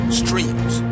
streams